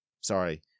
Sorry